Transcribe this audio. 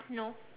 no